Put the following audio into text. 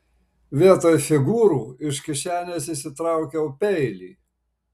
vietoj figūrų iš kišenės išsitraukiau peilį